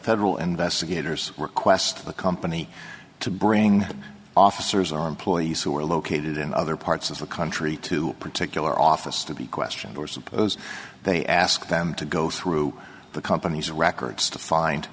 federal investigators request a company to bring officers or employees who are located in other parts of the country to particular office to be questioned or suppose they ask them to go through the company's records to find